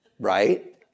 Right